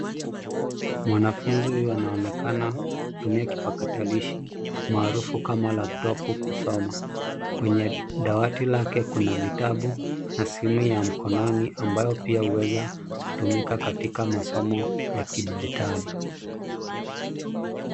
Mwanafunzi huyu anaonekana kutumia kipakatalishi maarufu kama laptop ,kusoma. Kwenye dawati lake kuna vitabu na simu ya mkononi ambayo pia huweza kutumika katika masomo ya kidijitali.